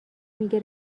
میگه